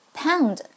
pound